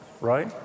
right